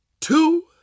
two